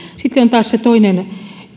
sitten on taas se toinen